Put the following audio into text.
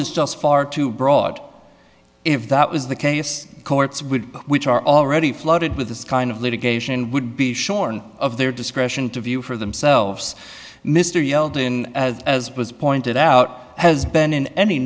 just far too broad if that was the case courts would which are already flooded with this kind of litigation would be shorn of their discretion to view for themselves mr yelled in as was pointed out has been in any